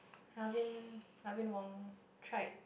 Alvin Alvin Wong tried